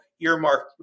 earmarked